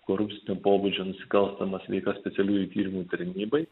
korupcinio pobūdžio nusikalstamas veikas specialiųjų tyrimų tarnybai